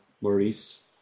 Maurice